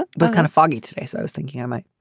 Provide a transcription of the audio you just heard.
but kind of foggy today so i was thinking i might